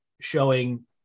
showing